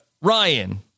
Ryan